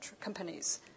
companies